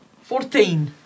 Fourteen